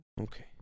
Okay